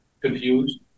confused